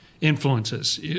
influences